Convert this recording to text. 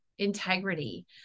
integrity